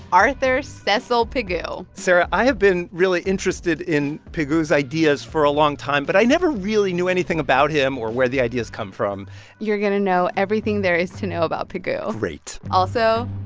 arthur cecil pigou sarah, i have been really interested in pigou's ideas for a long time, but i never really knew anything about him or where the ideas come from you're going to know everything there is to know about pigou great also,